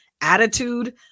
attitude